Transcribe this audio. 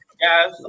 Yes